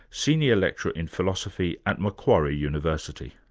senior lecturer in philosophy at macquarie university.